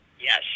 Yes